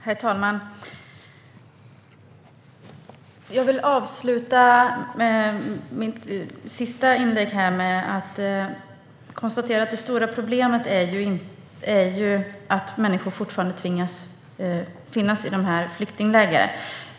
Herr talman! Jag konstaterar i mitt sista inlägg att det stora problemet är att människor fortfarande tvingas vistas i dessa flyktingläger.